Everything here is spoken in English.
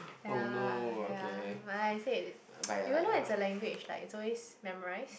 ya ya my I said even though it's a language like it's always memorised